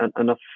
enough